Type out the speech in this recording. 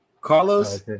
Carlos